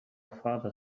father